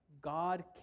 God